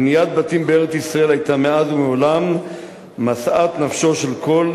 בניית בתים בארץ-ישראל היתה מאז ומעולם משאת נפשו של כל